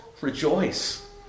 rejoice